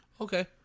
Okay